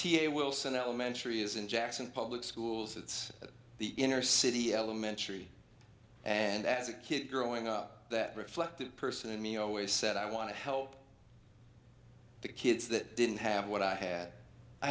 a wilson elementary is in jackson public schools it's the inner city elementary and as a kid growing up that reflected person in me always said i want to help the kids that didn't have what i had i